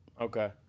Okay